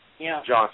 Johnson